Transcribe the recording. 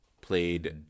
played